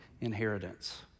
inheritance